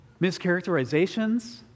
mischaracterizations